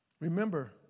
Remember